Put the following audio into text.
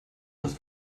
das